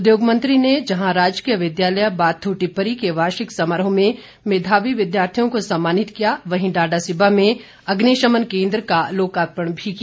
उद्योग मंत्री ने जहां राजकीय विद्यालय बाथू टिप्परी के वार्षिक समारोह में मेधावी विद्यार्थियों को सम्मानित किया और डाडासीबा में अग्निशमन केन्द्र का लोकार्पण भी किया